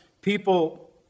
people